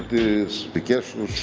is